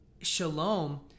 Shalom